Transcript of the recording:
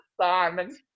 Simon